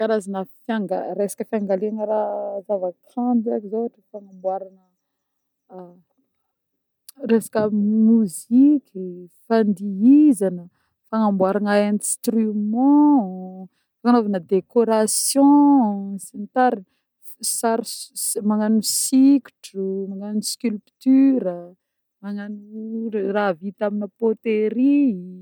Karazagna fianga- resaka fiangaliagna raha zava-kanto eko zô ôhatra fagnamboarana resaka moziky, fandihizagna, fagnamboarana instrument, fagnanovana décoration sy ny tarigny, sary si- magnano sikotro, magnano sculpture, magnano raha vita amin'ny poterie.